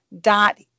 dot